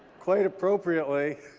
quite appropriately